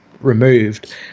removed